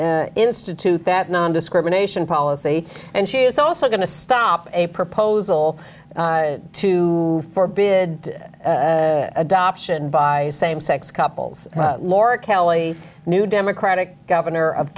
really institute that nondiscrimination policy and she is also going to stop a proposal to for bid adoption by same sex couples laura kelly new democratic governor of